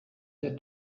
their